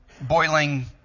boiling